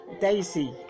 Daisy